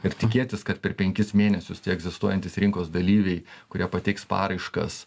ir tikėtis kad per penkis mėnesius tie egzistuojantys rinkos dalyviai kurie pateiks paraiškas